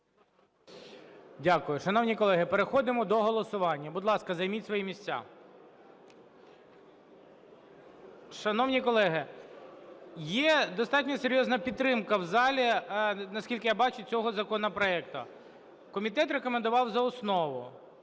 Дякую. Шановні колеги, переходимо до голосування. Будь ласка, займіть свої місця. Шановні колеги, є достатньо серйозна підтримка в залі, наскільки я бачу, цього законопроекту. Комітет рекомендував за основу.